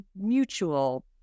mutual